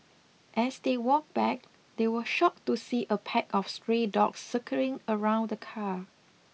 as they walked back they were shocked to see a pack of stray dogs circling around the car